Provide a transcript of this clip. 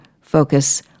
focus